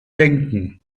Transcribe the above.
denken